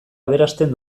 aberasten